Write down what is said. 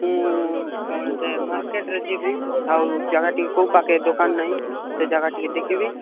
ମୁଁ କ'ଣ ସେ ମାର୍କେଟ୍ରେ ଯିବି ଆଉ ଜାଗା ଟିକେ କେଉଁ ପାଖେ ଦୋକାନ ନାହିଁ ସେ ଜାଗା ଟିକେ ଦେଖିବି